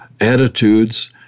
attitudes